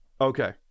Okay